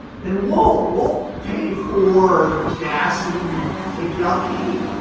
then we'll we'll pay for gas and take you out to eat.